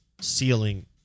ceiling